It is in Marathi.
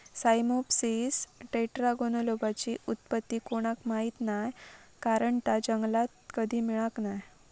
साइमोप्सिस टेट्रागोनोलोबाची उत्पत्ती कोणाक माहीत नाय हा कारण ता जंगलात कधी मिळाक नाय